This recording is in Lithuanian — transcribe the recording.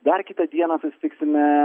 dar kitą dieną susitiksime